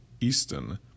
Easton